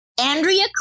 Andrea